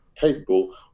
capable